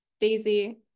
Daisy